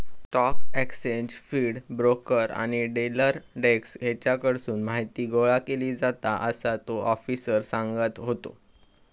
stock exchange feed, broker आणि dealer desk हेच्याकडसून माहीती गोळा केली जाता, असा तो आफिसर सांगत होतो